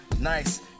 nice